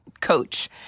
coach